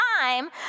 time